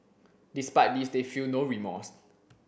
despite this they feel no remorse